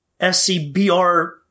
SCBR